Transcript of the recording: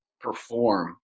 perform